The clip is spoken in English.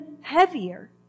heavier